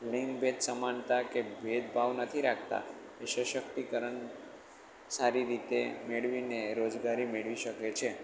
લિંગભેદ સમાનતા કે ભેદભાવ નથી રાખતા વિશેષ શક્તિકરણ સારી રીતે મેળવીને રોજગારી મેળવી શકે છે